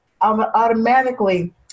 automatically